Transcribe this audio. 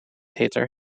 hitter